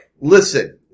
Listen